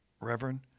reverend